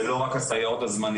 זה לא רק הסייעות הזמניות,